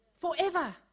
Forever